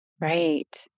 Right